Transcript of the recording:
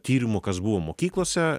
tyrimų kas buvo mokyklose